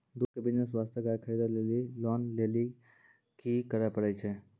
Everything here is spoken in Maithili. दूध के बिज़नेस वास्ते गाय खरीदे लेली लोन लेली की करे पड़ै छै?